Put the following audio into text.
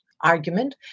argument